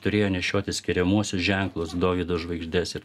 turėjo nešioti skiriamuosius ženklus dovydo žvaigždes ir